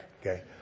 okay